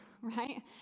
right